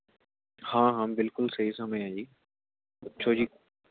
ਹਾਂ ਹਾਂ ਬਿਲਕੁਲ ਸਹੀ ਸਮੇਂ ਹੈ ਜੀ ਪੁੱਛੋ ਜੀ